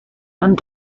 and